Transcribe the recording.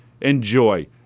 enjoy